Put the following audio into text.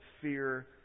fear